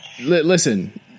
Listen